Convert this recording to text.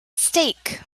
stake